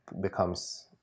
becomes